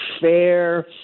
fair